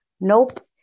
nope